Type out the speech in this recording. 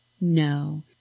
No